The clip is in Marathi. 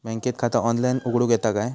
बँकेत खाता ऑनलाइन उघडूक येता काय?